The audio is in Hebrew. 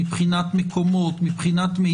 מבחינת מקומות,